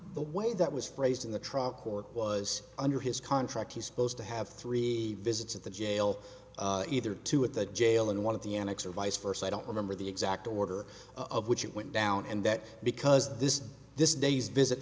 the way that was phrased in the trial court was under his contract he's supposed to have three visits at the jail either to at the jail in one of the annex or vice versa i don't remember the exact order of which it went down and that because this this day's visit